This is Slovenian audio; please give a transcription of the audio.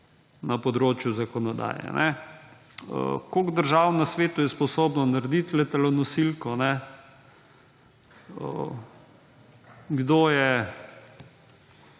na področju zakonodaje. Koliko držav na svetu je spodobno narediti letalonosilko? Kdo je